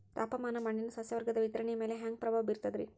ತಾಪಮಾನ ಮಣ್ಣಿನ ಸಸ್ಯವರ್ಗದ ವಿತರಣೆಯ ಮ್ಯಾಲ ಹ್ಯಾಂಗ ಪ್ರಭಾವ ಬೇರ್ತದ್ರಿ?